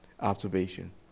Observation